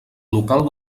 local